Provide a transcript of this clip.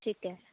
ਠੀਕ ਹੈ